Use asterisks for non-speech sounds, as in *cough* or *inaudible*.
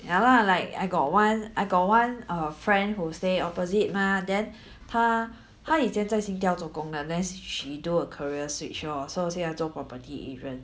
ya lah like I got one I got one err friend who stay opposite mah then *breath* 她她以前在 Singtel 做工的 then she do a career switch lor so 现在做 property agent